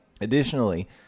Additionally